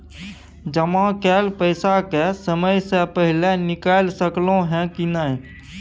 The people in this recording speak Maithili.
जमा कैल पैसा के समय से पहिले निकाल सकलौं ह की नय?